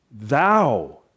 Thou